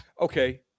Okay